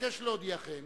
אבקש להודיעכם,